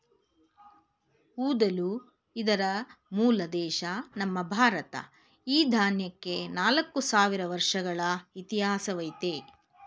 ಊದಲು ಇದರ ಮೂಲ ದೇಶ ನಮ್ಮ ಭಾರತ ಈ ದಾನ್ಯಕ್ಕೆ ನಾಲ್ಕು ಸಾವಿರ ವರ್ಷಗಳ ಇತಿಹಾಸವಯ್ತೆ